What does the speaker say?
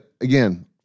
again